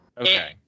Okay